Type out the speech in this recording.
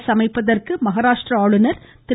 அரசு அமைப்பதற்கு மகாராஷ்ட்ரா ஆளுநர் திரு